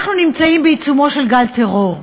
אנחנו נמצאים בעיצומו של גל טרור,